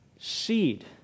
seed